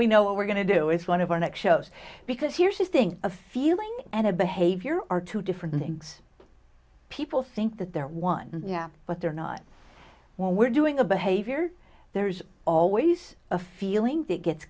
we know what we're going to do is one of our next shows because here's this thing a feeling and a behavior are two different things people think that they're one but they're not when we're doing a behavior there's always a feeling that gets